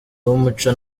w’umuco